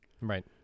right